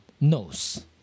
knows